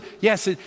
Yes